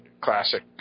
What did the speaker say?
classic